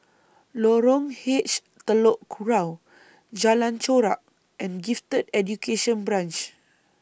Lorong H Telok Kurau Jalan Chorak and Gifted Education Branch